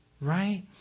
right